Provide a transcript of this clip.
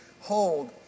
hold